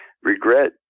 Regret